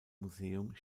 museum